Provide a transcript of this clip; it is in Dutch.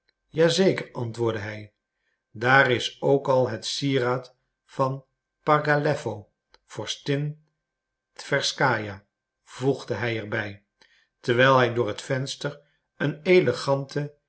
zeker antwoordde hij daar is ook al het sieraad van pargalewo vorstin twerskaja voegde hij er bij terwijl hij door het venster een eleganten